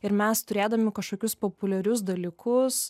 ir mes turėdami kažkokius populiarius dalykus